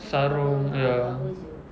sarung ya